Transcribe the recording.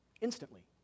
Instantly